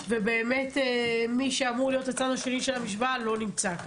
ובאמת מי שאמור להיות הצד השני של המשוואה לא נמצא כאן.